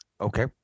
okay